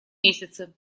месяце